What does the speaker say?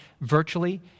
virtually